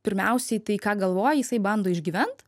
pirmiausiai tai ką galvoja jisai bando išgyvent